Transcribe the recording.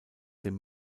dem